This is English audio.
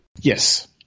Yes